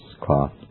cloth